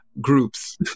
groups